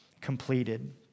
completed